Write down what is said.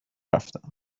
رفتم